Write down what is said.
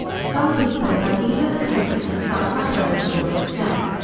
some people have even attempted to cite mandela's cause of death,